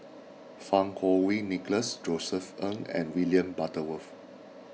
Fang Kuo Wei Nicholas Josef Ng and William Butterworth